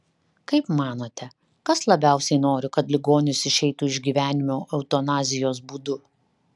kaip manote kas labiausiai nori kad ligonis išeitų iš gyvenimo eutanazijos būdu